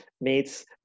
meets